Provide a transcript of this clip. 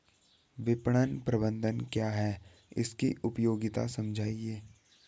विपणन प्रबंधन क्या है इसकी उपयोगिता समझाइए?